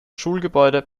schulgebäude